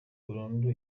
burundu